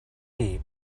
deep